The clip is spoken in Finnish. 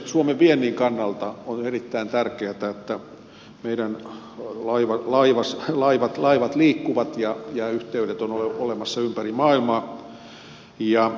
suomen viennin kannalta on erittäin tärkeätä että meidän laivamme liikkuvat ja yhteydet ovat olemassa ympäri maailmaa